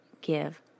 give